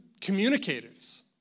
communicators